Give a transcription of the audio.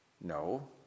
No